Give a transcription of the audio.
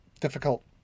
difficult